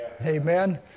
Amen